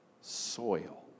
soil